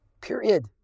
Period